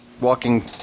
walking